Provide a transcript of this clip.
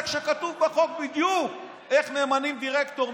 כשכתוב בחוק בדיוק איך ממנים דירקטור,